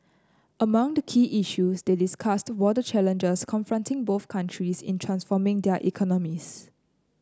among the key issues they discussed were the challenges confronting both countries in transforming their economies